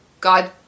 God